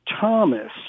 Thomas